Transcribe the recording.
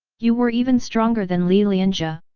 you were even stronger than li lianjie!